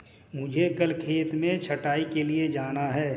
मुझे कल खेत में छटाई के लिए जाना है